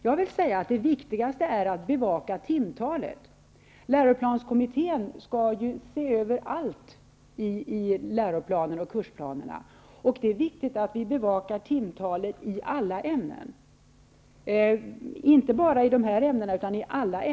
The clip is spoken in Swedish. Men det viktigaste är att bevaka timtalet. Läroplanskommittén skall ju se över allt i läro och kursplanerna. Det är viktigt att bevaka timtalet i alla ämnen.